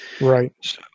right